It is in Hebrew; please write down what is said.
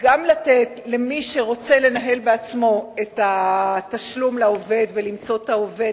גם לתת למי שרוצה לנהל בעצמו את התשלום לעובד ולמצוא את העובד,